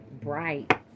bright